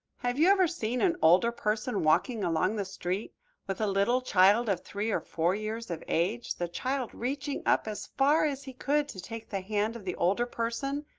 have you ever seen an older person walking along the street with a little child of three or four years of age, the child reaching up as far as he could to take the hand of the older person,